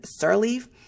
Sirleaf